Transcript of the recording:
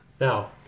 Now